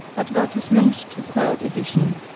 advertisement to third edition.